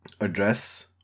address